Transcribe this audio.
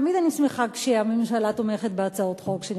תמיד אני שמחה כשהממשלה תומכת בהצעות חוק שלי,